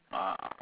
ah